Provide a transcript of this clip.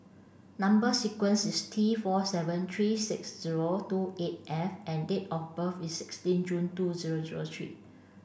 number sequence is T four seven three six zero two eight F and date of birth is sixteen June two zero zero three